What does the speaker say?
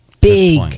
Big